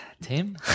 Tim